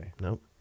Nope